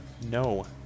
no